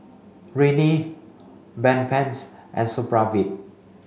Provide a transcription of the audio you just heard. Rene Bedpans and Supravit